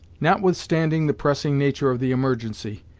notwithstanding the pressing nature of the emergency,